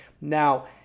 now